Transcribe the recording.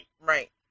Right